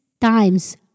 times